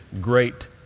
great